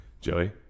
Joey